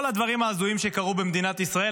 מכל הדברים ההזויים שקרו במדינת ישראל,